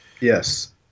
Yes